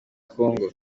congo